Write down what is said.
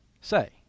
say